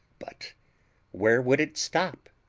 but where would it stop?